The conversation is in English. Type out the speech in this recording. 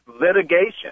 litigation